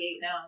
now